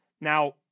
now